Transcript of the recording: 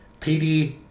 PD